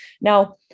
Now